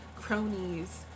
cronies